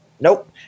Nope